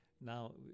Now